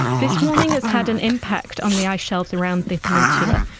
this warming has had an impact on the ice shelves around the peninsula.